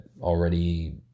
already